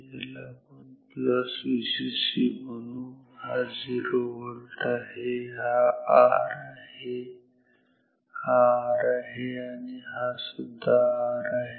याला आपण Vcc म्हणू आणि हा 0 V आहे हा R आहे हा R आहे आणि हा सुद्धा R आहे